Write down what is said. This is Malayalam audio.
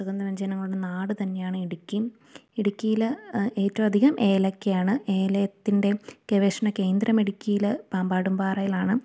സുഗന്ധവ്യഞ്ജനങ്ങളുടെ നാട് തന്നെയാണ് ഇടുക്കി ഇടുക്കിയില് ഏറ്റവും അധികം ഏലക്കയാണ് ഏലയത്തിൻ്റെ ഗവേഷണ കേന്ദ്രം ഇടുക്കിയിൽ പാമ്പാടുംമ്പാറേലാണ്